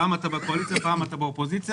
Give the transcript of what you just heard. פעם אתה בקואליציה ופעם אתה באופוזיציה,